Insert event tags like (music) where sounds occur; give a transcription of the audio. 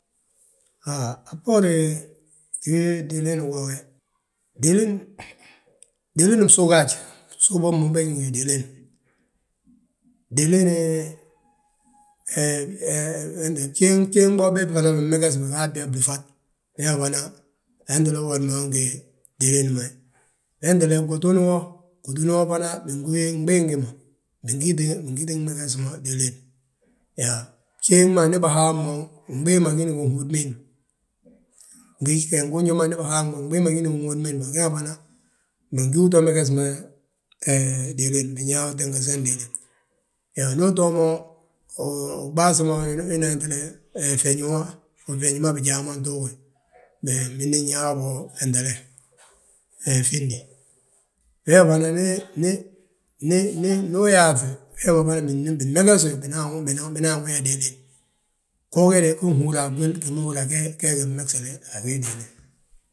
A bboorin gii diliin goo go, diliin bsu gaaj, bsu bommu begi ngi diliin, diliinin (hesitation) bjéŋ, bjéŋ bo, be fana bimmegesi, bigaa byaa flúfat, we fana, wentele uwodi wi ngi diliin we. Wentele gutun wo, gutun wo fana bingu, gbii gi ma, bingíti gmeges mo diliin. Bjéŋ ma ndi bihab mo, gbii ma gini gihódi ma héd ma, fngunji ma ndi bihag mo gbii ma gini gihód ma héd ma gee ga fana bingi gto meges mo, diliin binyaa tengesn wiliin. Yaa, ndu utoo mo, baasi ma wina feñe wo, feñe ma binyaa bo, feñe ma bjaa ma ntuugi, bimindi nyaa bo findi. Wee ma fana, ndi (hesitation) uyaaŧe umadni, binmeges wi binan wi yaa diliin. Go we de, ge nhúra a gwil gima húri yaa ge gee gi mmegesile, a gii diliin.